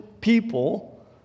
people